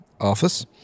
office